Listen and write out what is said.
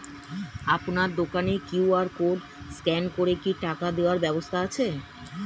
আপনার দোকানে QR code scan করে কি টাকা দেওয়ার ব্যবস্থা আছে?